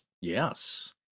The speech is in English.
Yes